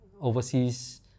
overseas